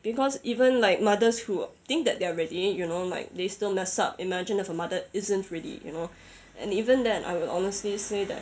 because even like mothers who think that they're ready you know like they still mess up imagine if a mother isn't really you know and even then I will honestly say that